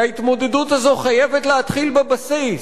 וההתמודדות הזאת חייבת להתחיל בבסיס,